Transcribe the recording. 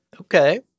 Okay